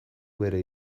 bere